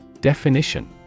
Definition